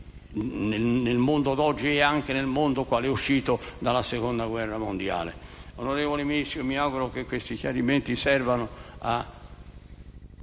nel mondo d'oggi e già nel mondo quale era uscito dalla Seconda guerra mondiale. Onorevole Ministro, mi auguro che questi chiarimenti servano a